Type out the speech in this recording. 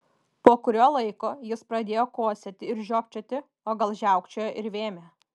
po kurio laiko jis pradėjo kosėti ir žiopčioti o gal žiaukčiojo ir vėmė